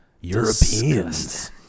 Europeans